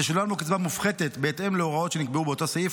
תשולם לו קצבה מופחתת בהתאם להוראות שנקבעו באותו סעיף,